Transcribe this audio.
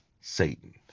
Satan